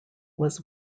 was